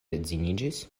edziniĝis